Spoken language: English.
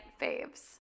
faves